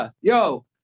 yo